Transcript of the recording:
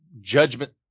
judgment